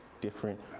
different